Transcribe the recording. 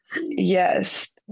Yes